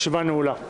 הישיבה נעולה.